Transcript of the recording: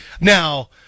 Now